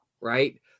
right